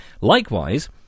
Likewise